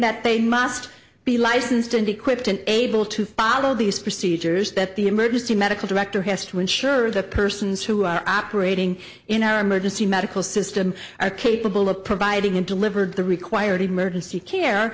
that they must be licensed and equipped and able to follow these procedures that the emergency medical director has to ensure that persons who are operating in our emergency medical system are capable of providing and delivered the required emergency care